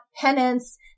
penance